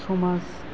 समाज